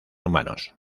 humanos